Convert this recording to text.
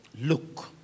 Look